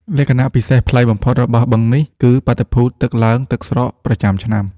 លក្ខណៈពិសេសប្លែកបំផុតរបស់បឹងនេះគឺ បាតុភូតទឹកឡើងទឹកស្រក ប្រចាំឆ្នាំ។